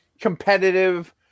competitive